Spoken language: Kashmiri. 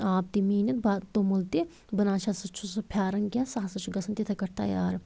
آب تہِ میٖنِتھ بہ توٚمُل تہِ بہٕ نہ سا چھَس سُہ پھیٛاران کیٚنہہ سُہ ہسا چھِ گژھان تِتھَے کٔٹھۍ تیار